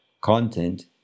content